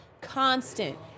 constant